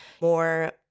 more